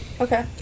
Okay